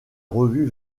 revue